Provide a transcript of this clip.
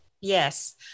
Yes